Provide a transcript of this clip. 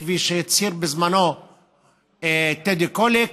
כפי שהצהיר בזמנו טדי קולק,